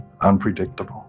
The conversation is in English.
unpredictable